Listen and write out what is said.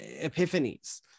epiphanies